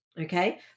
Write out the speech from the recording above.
Okay